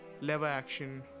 lever-action